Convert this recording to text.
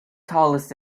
tallest